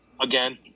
again